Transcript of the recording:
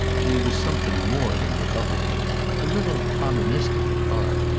for she was something more than republican a little communistic at heart,